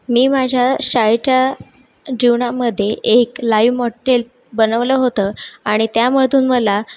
मी माझ्या शाळेच्या जीवनामध्ये एक लाईव्ह मॉडेल बनवलं होतं आणि त्यामधून मला